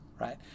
right